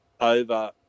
over